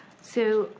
so